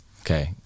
Okay